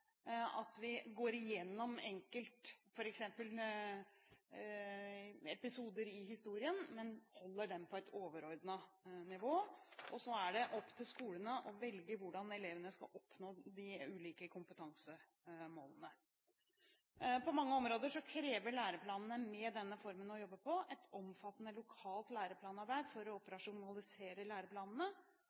historien, men holder det på et overordnet nivå. Så er det opp til skolene å velge hvordan elevene skal oppnå de ulike kompetansemålene. På mange områder krever læreplanene med denne måten å jobbe på et omfattende lokalt læreplanarbeid for å operasjonalisere læreplanene,